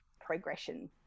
progression